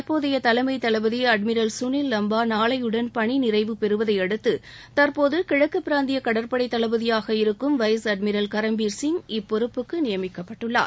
தற்போதைய தலைமை தளபதி அட்மிரல் சுனில் லம்பா நாளையுடன் பணி நிறைவு பெறுவதையடுத்து தற்போது கிழக்கு பிராந்திய கடற்படை தளபதியாக இருக்கும் வைஸ் அட்மிரல் கரம்பிர சிங் இப்பொறுப்புக்கு நியமிக்கப்பட்டுள்ளார்